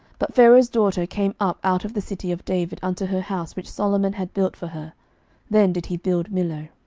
but pharaoh's daughter came up out of the city of david unto her house which solomon had built for her then did he build millo.